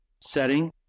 setting